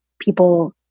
people